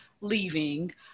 leaving